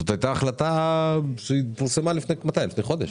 זאת הייתה החלטה שהיא פורסמה לפני חודש.